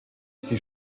sie